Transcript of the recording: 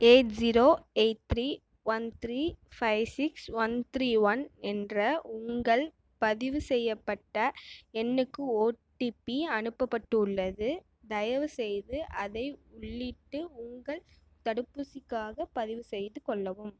eight zero eight three one three five six one three one என்ற உங்கள் பதிவு செய்யப்பட்ட எண்ணுக்கு ஓடிபி அனுப்பப்பட்டுள்ளது தயவுசெய்து அதை உள்ளிட்டு உங்கள் தடுப்பூசிக்காகப் பதிவு செய்து கொள்ளவும்